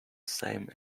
same